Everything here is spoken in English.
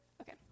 Okay